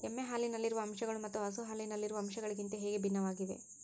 ಎಮ್ಮೆ ಹಾಲಿನಲ್ಲಿರುವ ಅಂಶಗಳು ಮತ್ತು ಹಸು ಹಾಲಿನಲ್ಲಿರುವ ಅಂಶಗಳಿಗಿಂತ ಹೇಗೆ ಭಿನ್ನವಾಗಿವೆ?